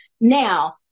now